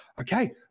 okay